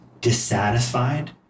dissatisfied